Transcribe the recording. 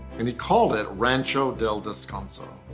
and he called it rancho del descanso.